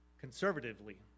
conservatively